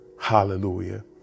Hallelujah